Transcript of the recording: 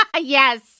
Yes